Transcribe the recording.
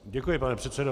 Děkuji, pane předsedo.